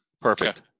Perfect